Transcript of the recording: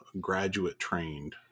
graduate-trained